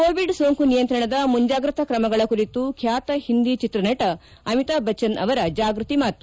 Covid ಸೋಂಕು ನಿಯಂತ್ರಣದ ಮುಂಜಾಗ್ರತಾ ಕ್ರಮಗಳ ಕುರಿತು ಖ್ಯಾತ ಓಂದಿ ಚಿತ್ರನಟ ಅಮಿತಾಬ್ ಬಜ್ಜನ್ ಅವರ ಜಾಗೃತಿ ಮಾತು